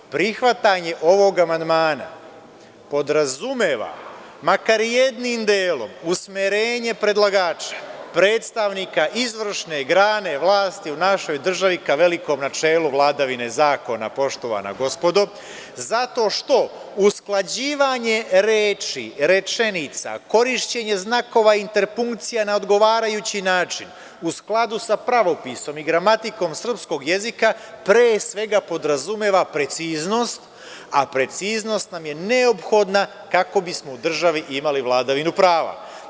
Prihvatanjem ovog amandmana podrazumeva makar jednim delom usmerenje predlagača, predstavnika izvršne grane vlasti u našoj državi ka velikom načelu vladavini zakona, poštovana gospodo, zato što usklađivanje reči, rečenica, korišćenja znakova interpunkcija na odgovarajući način u skladu sa pravopisom i gramatikom srpskog jezika pre svega podrazumeva preciznost, a preciznost nam je neophodna kako bismo u državi imali vladavinu prava.